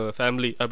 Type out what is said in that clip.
family